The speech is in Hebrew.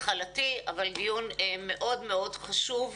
התחלתי אבל דיון מאוד מאוד חשוב.